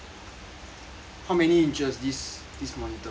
how many inches this this monitor